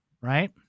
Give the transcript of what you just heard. right